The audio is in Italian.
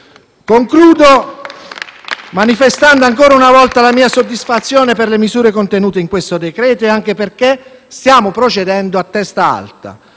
Concludo manifestando ancora una volta la soddisfazione per le misure contenute in questo decreto-legge e anche perché stiamo procedendo a testa alta.